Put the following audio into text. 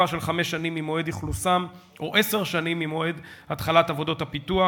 חמש שנים ממועד אכלוסם או עשר שנים ממועד התחלת עבודות הפיתוח,